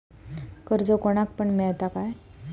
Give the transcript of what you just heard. कर्ज कोणाक पण मेलता काय?